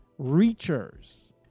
reachers